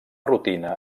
rutina